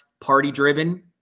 Party-driven